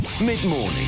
Mid-morning